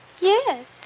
Yes